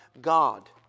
God